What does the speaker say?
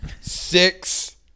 Six